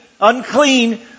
unclean